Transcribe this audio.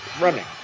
running